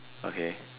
okay